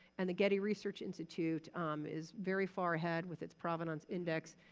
and the getty research institute um is very far ahead with its provenance index,